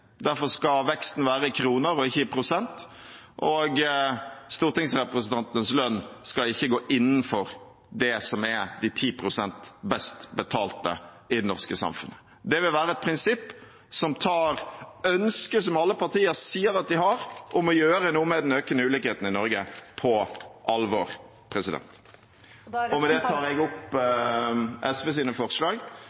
Derfor skal veksten være i kroner og ikke i prosent, og stortingsrepresentantenes lønn skal ikke gå innenfor det som er de 10 pst. best betalte i det norske samfunnet. Det vil være et prinsipp som tar ønsket alle partier sier at de har, om å gjøre noe med den økende ulikheten i Norge, på alvor. Med det tar jeg opp